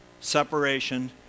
separation